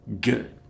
good